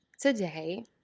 Today